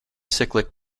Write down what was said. cyclic